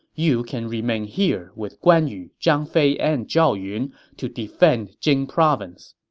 you can remain here with guan yu, zhang fei, and zhao yun to defend jing province.